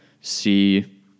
see